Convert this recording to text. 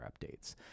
updates